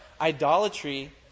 Idolatry